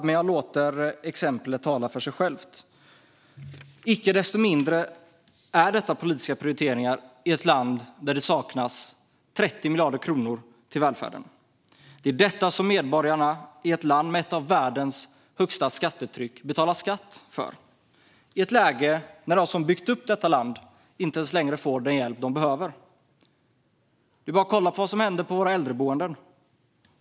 Men jag låter exemplet tala för sig självt. Icke desto mindre är detta politiska prioriteringar i ett land där det saknas 30 miljarder kronor till välfärden. Det är detta som medborgarna i ett land som har ett av världens högsta skattetryck betalar skatt för, och det i ett läge när de som har byggt upp detta land inte ens får den hjälp de behöver längre. Bara kolla på vad som händer på våra äldreboenden!